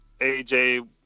AJ